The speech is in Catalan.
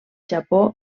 japó